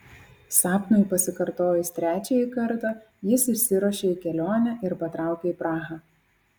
sapnui pasikartojus trečiąjį kartą jis išsiruošė į kelionę ir patraukė į prahą